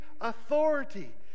authority